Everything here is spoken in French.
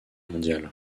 mondiale